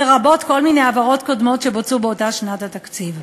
לרבות כל מיני העברות קודמות שבוצעו באותה שנת התקציב.